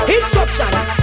Instructions